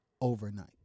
overnight